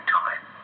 time